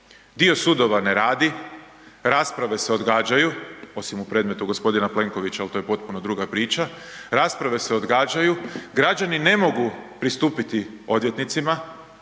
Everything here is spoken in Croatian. Dio sudova ne radi, rasprave se odgađaju, osim u predmetu gospodina Plenkovića, ali to je potpuno druga priča, rasprave se odgađaju, građani ne mogu pristupiti odvjetnicima,